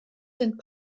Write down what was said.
sind